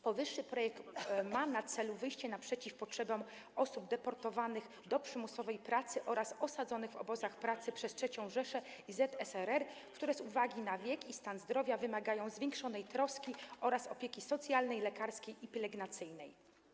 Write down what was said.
Powyższy projekt ma na celu wyjście naprzeciw potrzebom osób deportowanych do przymusowej pracy oraz osadzonych w obozach pracy przez III Rzeszę i ZSRR, które z uwagi na wiek i stan zdrowia wymagają zwiększonej troski oraz opieki socjalnej, lekarskiej i pielęgnacyjnej.